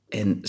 en